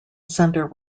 centre